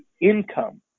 income